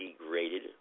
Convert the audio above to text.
degraded